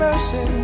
Mercy